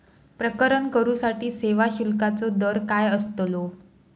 प्रकरण करूसाठी सेवा शुल्काचो दर काय अस्तलो?